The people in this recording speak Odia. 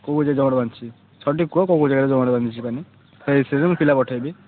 କେଉଁ ଜମାଟ ବାନ୍ଧିଛି ସଠିକ୍ କୁହ କେଉଁ ଜାଗାରେ ଜମାଟ ବାନ୍ଧିଛି ପାଣି ସେଇ ହିସାବରେ ମୁଁ ପିଲା ପଠାଇବି